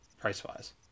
Price-wise